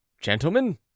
Gentlemen